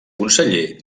conseller